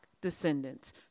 descendants